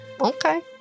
Okay